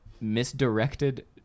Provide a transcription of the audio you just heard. misdirected